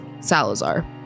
Salazar